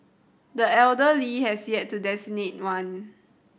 the elder Lee has yet to designate one